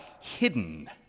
hidden